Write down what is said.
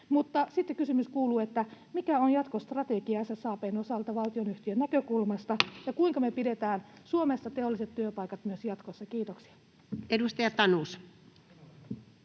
sitten kysymys kuuluu: mikä on jatkostrategia SSAB:n osalta valtionyhtiön näkökulmasta, ja kuinka me pidetään Suomessa teolliset työpaikat myös jatkossa? — Kiitoksia. Edustaja Tanus.